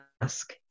ask